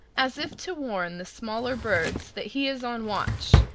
as if to warn the smaller birds that he is on watch,